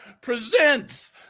presents